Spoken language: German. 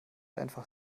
einfach